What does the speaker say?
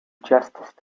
justice